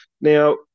Now